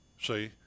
See